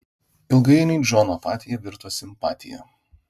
ilgainiui džono apatija virto simpatija